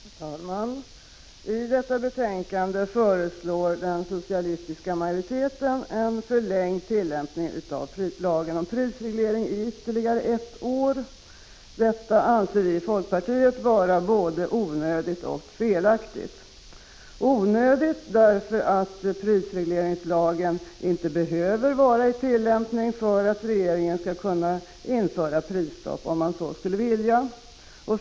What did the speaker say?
Herr talman! I detta betänkande föreslår den socialistiska majoriteten en förlängd tillämpning av lagen om prisreglering i ytterligare ett år. Detta anser vi i folkpartiet vara både onödigt och felaktigt. Onödigt därför att prisregleringslagen inte behöver vara i tillämpning för att regeringen skall kunna införa prisstopp, om man så skulle vilja.